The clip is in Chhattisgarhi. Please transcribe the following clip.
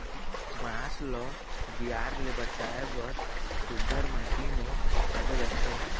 बांस ल दियार ले बचाए बर सुग्घर माटी म छाबे जाथे